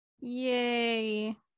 Yay